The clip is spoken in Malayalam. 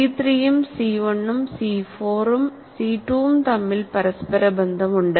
സി 3 ഉം സി 1 ഉം സി 4 ഉം സി 2 ഉം തമ്മിൽ പരസ്പര ബന്ധമുണ്ട്